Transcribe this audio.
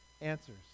answers